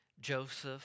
Joseph